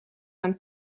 aan